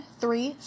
three